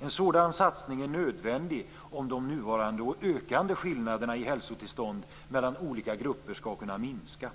En sådan satsning är nödvändig om de nuvarande och ökande skillnaderna i hälsotillstånd mellan olika grupper skall kunna minska.